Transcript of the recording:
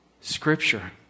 Scripture